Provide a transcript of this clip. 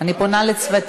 אני פונה לצוותים.